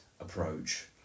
approach